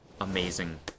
amazing